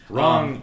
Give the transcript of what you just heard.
Wrong